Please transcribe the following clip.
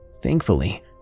Thankfully